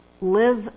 live